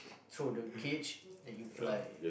throw the cage let it fly